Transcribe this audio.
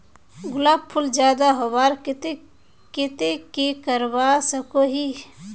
गुलाब फूल ज्यादा होबार केते की करवा सकोहो ही?